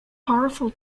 powerful